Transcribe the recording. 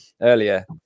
earlier